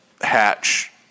hatch